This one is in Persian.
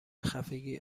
خفگی